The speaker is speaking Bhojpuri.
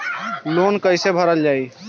लोन कैसे भरल जाइ?